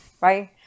right